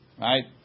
Right